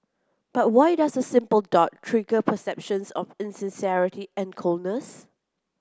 but why does a simple dot trigger perceptions of insincerity and coldness